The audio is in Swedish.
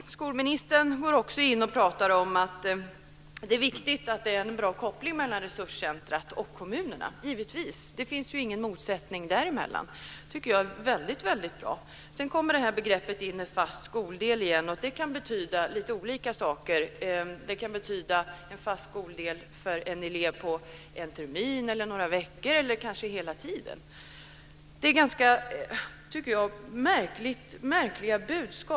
Skolministern säger också att det är viktigt att det finns en bra koppling mellan resurscentret och kommunerna. Ja, givetvis. Det finns ingen motsättning där, utan det tycker jag är väldigt bra. Sedan kommer begreppet fast skoldel in igen. Det kan betyda lite olika saker - en fast skoldel för en elev under en termin, några veckor eller kanske hela tiden. Jag tycker att det är ganska märkliga budskap.